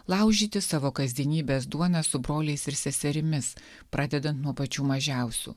laužyti savo kasdienybės duoną su broliais ir seserimis pradedant nuo pačių mažiausių